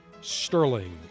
Sterling